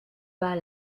bas